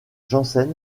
jensen